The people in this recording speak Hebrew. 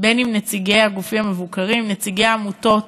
נציגי הגופים המבוקרים, נציגי העמותות,